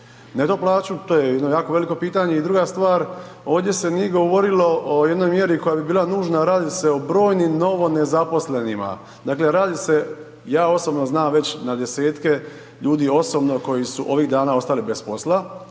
neto plaću, to je jedno jako veliko pitanje? I druga stvar, ovdje se nije govorilo o jednoj mjeri koja bi bila nužna, a radi se o brojnim novo nezaposlenima, dakle radi se ja osobno znam već na desetke ljudi osobno koji su ovih dana ostali bez posla,